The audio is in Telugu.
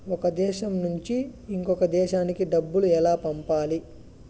ఒక దేశం నుంచి ఇంకొక దేశానికి డబ్బులు ఎలా పంపాలి?